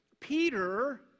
Peter